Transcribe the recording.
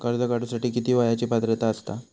कर्ज काढूसाठी किती वयाची पात्रता असता?